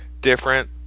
different